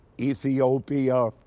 Ethiopia